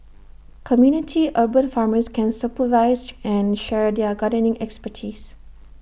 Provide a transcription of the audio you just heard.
community 'urban farmers' can supervise and share their gardening expertise